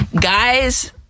guys